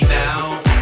now